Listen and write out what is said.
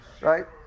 Right